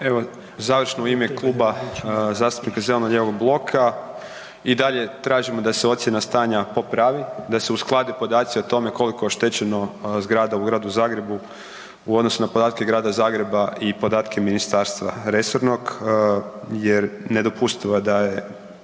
Evo, završno i ime Kluba zastupnika zeleno-lijevog bloka i dalje tražimo da se ocjena stanja popravi, da se usklade podaci o tome koliko je oštećeno zgrada u Gradu Zagrebu u odnosu na podatke Grada Zagreba i podatke ministarstva resornog jer nedopustivo je